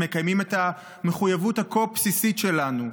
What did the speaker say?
מקיימים את המחויבות הכה בסיסית שלנו,